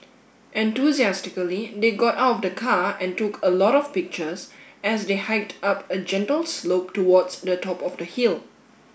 enthusiastically they got out the car and took a lot of pictures as they hiked up a gentle slope towards the top of the hill